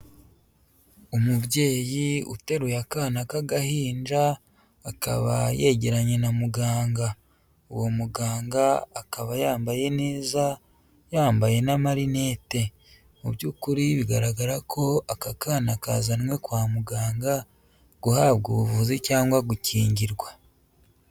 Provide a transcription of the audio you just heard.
Umubyeyi uteruye akana k'agahinja, akaba yegeranye na muganga. Uwo muganga akaba yambaye neza yambaye n'amarinete. Mu by'ukuri bigaragara ko aka kana kazanwe kwa muganga, guhabwa ubuvuzi cyangwa gukingirwa.